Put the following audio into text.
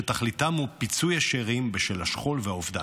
שתכליתם היא פיצוי השאירים בשל השכול והאובדן,